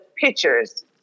pictures